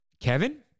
Kevin